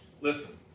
Listen